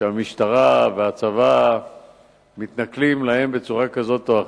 שהמשטרה והצבא מתנכלים להם בצורה כזאת או אחרת.